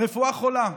הרפואה חולה,